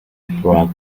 barack